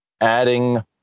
adding